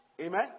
Amen